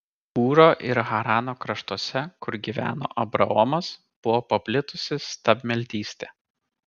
ūro ir harano kraštuose kur gyveno abraomas buvo paplitusi stabmeldystė